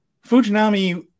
Fujinami